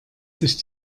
sich